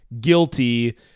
guilty